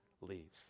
leaves